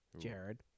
Jared